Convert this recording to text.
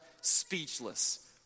speechless